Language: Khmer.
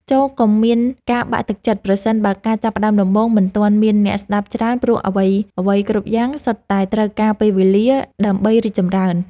ចូរកុំមានការបាក់ទឹកចិត្តប្រសិនបើការចាប់ផ្តើមដំបូងមិនទាន់មានអ្នកស្តាប់ច្រើនព្រោះអ្វីៗគ្រប់យ៉ាងសុទ្ធតែត្រូវការពេលវេលាដើម្បីរីកចម្រើន។